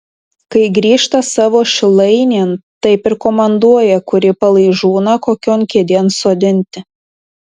kai grįžta savo šilainėn taip ir komanduoja kurį palaižūną kokion kėdėn sodinti